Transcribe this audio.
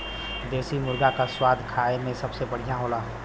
देसी मुरगा क स्वाद खाए में सबसे बढ़िया होला